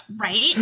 right